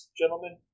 gentlemen